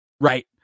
Right